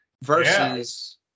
versus